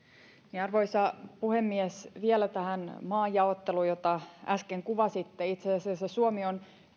arvoisa puhemies vielä tähän maajaotteluun jota äsken kuvasitte itse asiassa suomi on